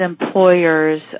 employers